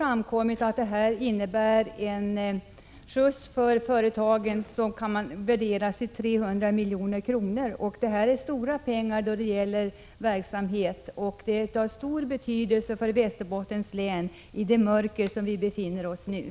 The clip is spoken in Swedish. enligt regeringens mening innebär att företaget har att välja mellan att fortsätta verksamheten eller ordna alternativ verksamhet och sysselsättning. Avsåg det uttalade ansvaret endast gälla för hälften av de anställda?